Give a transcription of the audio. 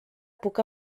puc